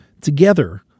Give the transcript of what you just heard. together